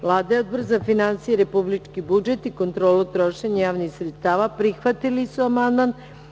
Vlada i Odbor za finansije, republički budžet i kontrolu trošenja javnih sredstava prihvatili su amandman.